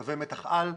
קווי מתח על.